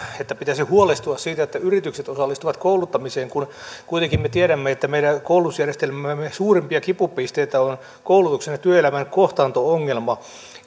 että pitäisi huolestua siitä että yritykset osallistuvat kouluttamiseen kun kuitenkin me tiedämme että meidän koulutusjärjestelmämme suurimpia kipupisteitä on koulutuksen ja työelämän kohtaanto ongelma